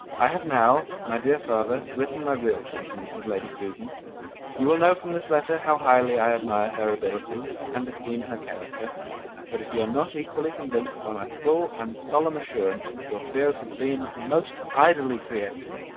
i have now, my dear father, written my real sentiments of lady susan you will know from this letter how highly i admire her abilities, and esteem her character but if you are not equally convinced by my full and solemn assurance that your fears have been most idly created,